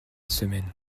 semaine